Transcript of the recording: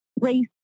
race